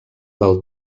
del